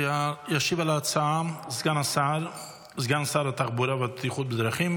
ישיב על ההצעה סגן שר התחבורה והבטיחות בדרכים